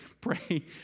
pray